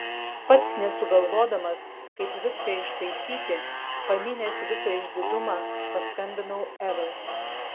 pats nesugalvodamas kaip viską ištaisyti pamynęs visą išdidumą paskambinau evai